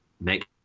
make